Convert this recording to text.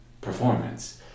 performance